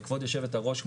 כבוד יושבת-הראש,